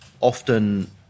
often